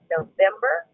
November